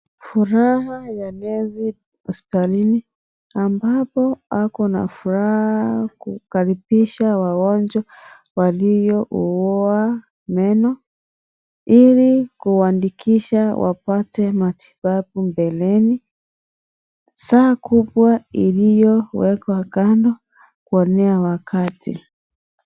Furaha ya nesi hospitalini ambako ako na furaha kukaribisha wagonjwa walioumwa meno ili kuandikisha wote matibabu mbeleni . Saa kubwa iliyowekwa kando kuonea wakati.